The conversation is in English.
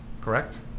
correct